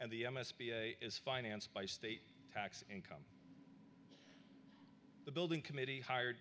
and the m s p a is financed by state tax income the building committee hired